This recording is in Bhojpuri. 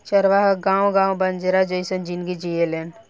चरवाह गावं गावं बंजारा जइसन जिनगी जिऐलेन